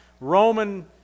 Roman